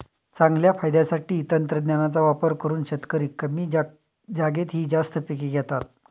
चांगल्या फायद्यासाठी तंत्रज्ञानाचा वापर करून शेतकरी कमी जागेतही जास्त पिके घेतात